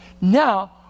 Now